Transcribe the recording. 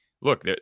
look